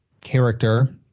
character